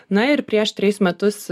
na ir prieš trejus metus